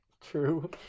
True